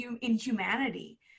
inhumanity